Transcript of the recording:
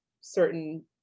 certain